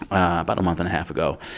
um but month and a half ago.